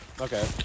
Okay